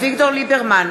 אביגדור ליברמן,